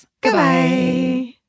Goodbye